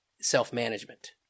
self-management